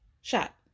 shot